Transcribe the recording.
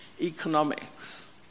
economics